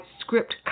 script